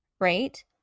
right